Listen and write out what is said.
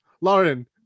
Lauren